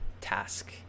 task